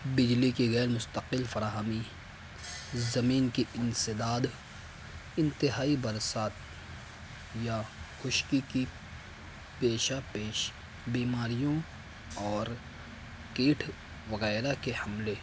بجلی کی غیرمستقل فراہمی زمین کی انسداد انتہائی برسات یا خشکی کی پیشہ پیش بیماریوں اور کیٹ وغیرہ کے حملے